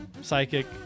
psychic